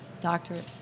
doctorate